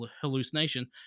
hallucination